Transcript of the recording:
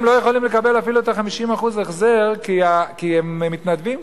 הם לא יכולים אפילו לקבל את ה-50% החזר כי הם מתנדבים,